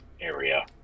area